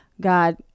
God